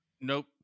nope